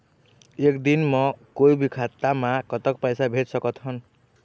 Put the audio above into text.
एक दिन म कोई भी खाता मा कतक पैसा भेज सकत हन?